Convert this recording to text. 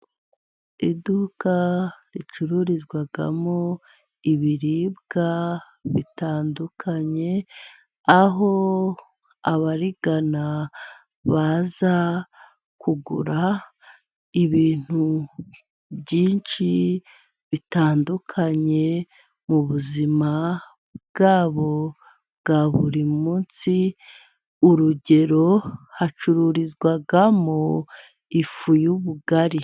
Iduka ricururizwamo ibiribwa bitandukanye, aho abarigana baza kugura ibintu byinshi bitandukanye mubuzima bwabo bwa buri munsi, urugero hacururizwamo ifu y'ubugari.